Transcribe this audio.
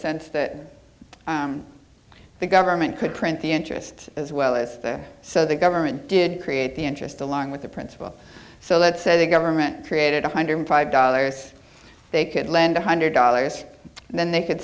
sense that the government could print the interest as well as so the government did create the interest along with the principle so let's say the government created one hundred five dollars they could lend one hundred dollars and then they could